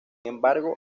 embargo